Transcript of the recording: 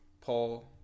Paul